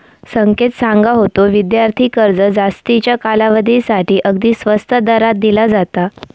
संकेत सांगा होतो, विद्यार्थी कर्ज जास्तीच्या कालावधीसाठी अगदी स्वस्त दरात दिला जाता